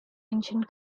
ancient